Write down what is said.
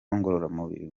ngororamubiri